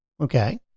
Okay